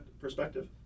perspective